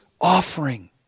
offering